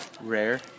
Rare